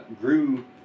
grew